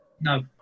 No